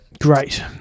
Great